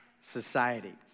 society